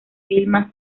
vilma